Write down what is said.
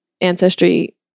ancestry